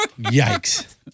Yikes